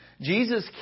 Jesus